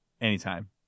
anytime